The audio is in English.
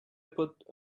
put